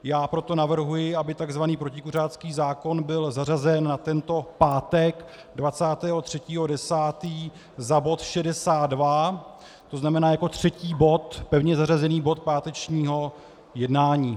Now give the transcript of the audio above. Já proto navrhuji, aby tzv. protikuřácký zákon byl zařazen na tento pátek 23. 10. za bod 62, to znamená jako třetí bod, pevně zařazený bod pátečního jednání.